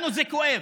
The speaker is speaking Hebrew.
לנו זה כואב.